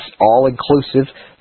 all-inclusive